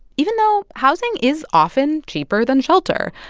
even though housing is often cheaper than shelter.